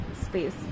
space